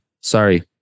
Sorry